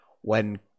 when